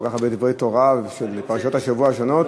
כל כך הרבה דברי תורה של פרשות השבוע השונות.